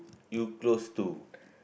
you close to